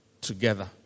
together